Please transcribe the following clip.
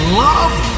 love